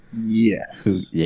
Yes